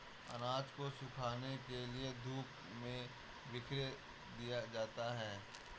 अनाज को सुखाने के लिए धूप में बिखेर दिया जाता है